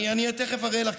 אני תכף אראה לך.